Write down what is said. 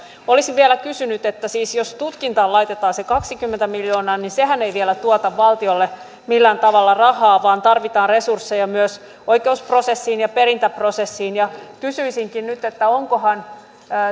olisin vielä kysynyt siitä että jos siis tutkintaan laitetaan se kaksikymmentä miljoonaa niin sehän ei vielä tuota valtiolle millään tavalla rahaa vaan tarvitaan resursseja myös oikeusprosessiin ja perintäprosessiin kysyisinkin nyt onkohan